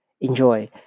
Enjoy